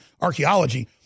archaeology